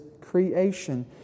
creation